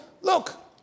look